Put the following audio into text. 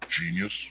genius